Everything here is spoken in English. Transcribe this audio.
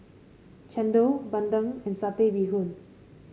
chendol bandung and Satay Bee Hoon